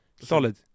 Solid